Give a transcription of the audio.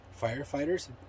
firefighters